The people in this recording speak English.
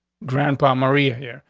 grandpa maria here.